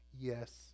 yes